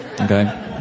Okay